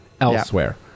elsewhere